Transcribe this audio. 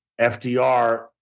FDR